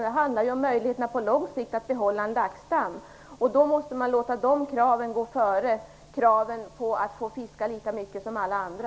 Det handlar ju om möjligheterna att på lång sikt behålla en laxstam. Då måste man låta dessa krav gå före kraven på att få fiska lika mycket som alla andra.